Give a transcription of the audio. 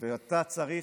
ואתה צריך,